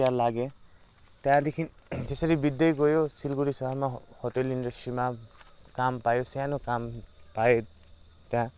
त्यहाँ लागे त्यहाँदेखि त्यसरी बित्दै गयो सिलगड़ी सहरमा होटेल इन्डस्ट्रीमा काम पायो सानो काम पाएँ त्यहाँ